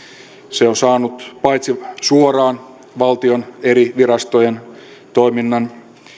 se on saanut paitsi suoraan valtion eri virastojen toiminnan